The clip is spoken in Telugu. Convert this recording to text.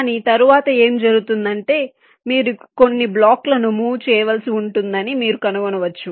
కానీ తరువాత ఏమి జరుగుతుందంటే మీరు కొన్ని బ్లాక్ల ను మూవ్ చేయవలసి ఉంటుందని మీరు కనుగొనవచ్చు